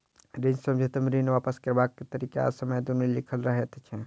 ऋण समझौता मे ऋण वापस करबाक तरीका आ समय दुनू लिखल रहैत छै